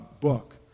book